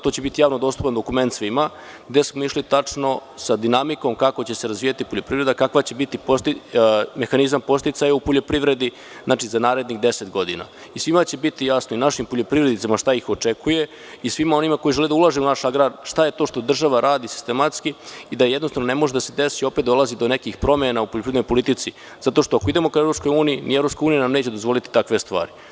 To će biti javno dostupan dokument svima gde smo išli tačno sa dinamikom kako će se razvijati poljoprivreda, kakav će biti mehanizam podsticaja u poljoprivredi za narednih deset godina i svima će biti jasno, inašim poljoprivrednicima, šta ih očekuje i svima onima koji žele da ulažu u naš agrar, šta je to što država radi sistematski i da jednostavno ne može da se desi opet dolazi do nekih promena u poljoprivrednoj politici zato što ako idemo ka EU, ni EU nam neće dozvoliti takve stvari.